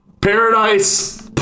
Paradise